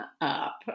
up